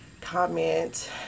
comment